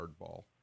hardball